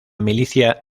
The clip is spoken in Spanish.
milicia